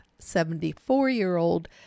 74-year-old